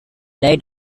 died